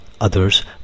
others